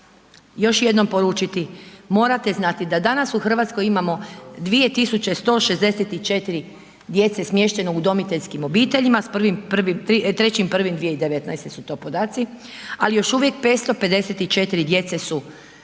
još jednom poručiti, morate znati da danas u Hrvatskoj imamo 2164 djece smješteno u udomiteljskim obiteljima s 3.1.2019. su to podaci ali još uvijek 554 djece su na